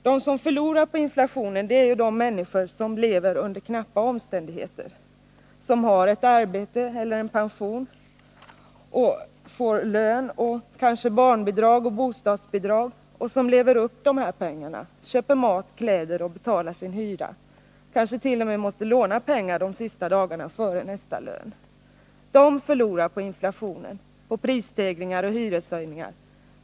De som förlorar på inflationen är de människor som lever under knappa omständigheter, som har ett arbete eller en pension, som får en lön och kanske barnbidrag och bostadsbidrag och som lever upp dessa pengar, köper mat och kläder och betalar sin hyra och som kanske t.o.m. måste låna pengar sista dagarna före nästa lön. De förlorar på inflationen, på prisstegringar och hyreshöjningar.